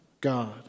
God